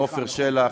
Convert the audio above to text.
ועפר שלח,